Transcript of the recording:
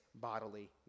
bodily